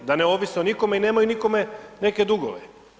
Da ne ovise o nikome i nemaju nikome neke dugove.